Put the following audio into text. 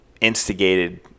instigated –